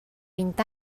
vint